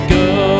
go